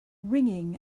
ringing